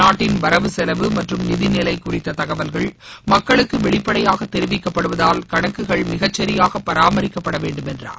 நாட்டின் வரவு செலவு மற்றும் நிதிநிலை குறித்த தகவல்கள் மக்களுக்கு வெளிப்படையாக தெரிவிக்கப்படுவதால் கணக்குகள் மிகச்சரியாக பராமரிக்கப்படவேண்டும் என்றார்